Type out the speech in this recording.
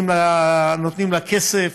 אנחנו נותנים לה כסף.